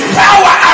power